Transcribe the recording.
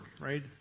right